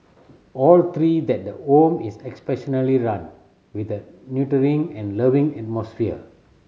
all three that the home is run with a nurturing and loving atmosphere